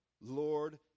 Lord